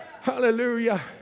Hallelujah